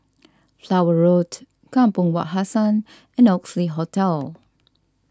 Flower Road Kampong Wak Hassan and Oxley Hotel